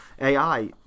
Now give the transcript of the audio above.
AI